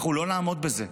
אנחנו לא נעמוד בזה.